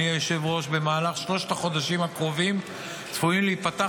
במהלך שלושת החודשים הקרובים צפויים להיפתח